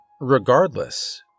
Regardless